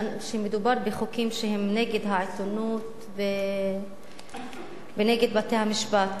שמדובר בחוקים שהם נגד העיתונות ונגד בתי-המשפט.